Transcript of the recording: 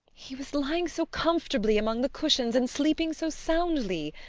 he was lying so comfortably among the cushions, and sleeping so soundly.